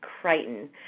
Crichton